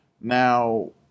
now